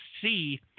see